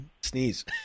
sneeze